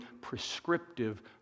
prescriptive